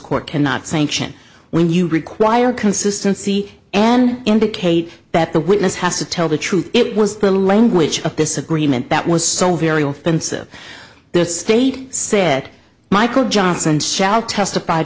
court cannot sanction when you require consistency and indicate that the witness has to tell the truth it was the language of this agreement that was so very offensive their state said michael johnson shall testify